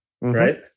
right